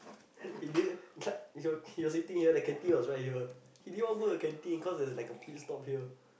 in the end like he was he was eating here the canteen was right here he didn't even want to go the canteen cause there's like a pit stop here